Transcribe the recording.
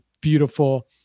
beautiful